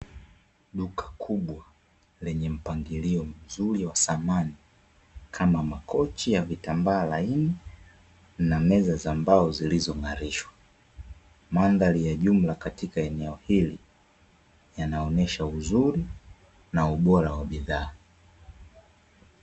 Duka kubwa lenye mpangilio mzuri wa samani kama makochi ya vitambaa laini, na meza za mbao zilizong'arishwa. Mandhari ya jumla katika eneo hili, yanaonyesha uzuri na ubora wa bidhaa.